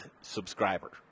subscriber